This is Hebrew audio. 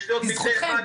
יש לי עוד מקרה אחד,